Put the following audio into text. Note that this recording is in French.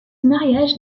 mariage